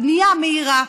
בנייה מהירה.